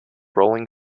rolling